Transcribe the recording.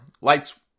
Lights